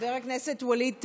חבר הכנסת ווליד טאהא,